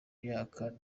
myaka